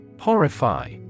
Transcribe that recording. Horrify